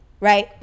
right